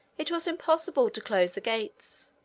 it was impossible to close the gates.